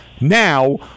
Now